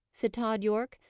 said tod yorke.